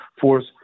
force